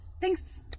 Thanks